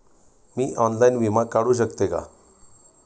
मी online विमा काढू शकते का?